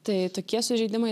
tai tokie sužeidimai